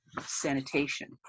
sanitation